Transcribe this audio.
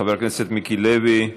חבר הכנסת מיקי לוי,